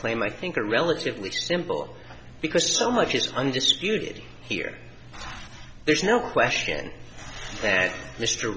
claim i think are relatively simple because so much is undisputed here there's no question that mr